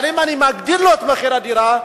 אבל אם אני מעלה לו את מחיר הדירה,